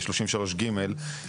33(ג),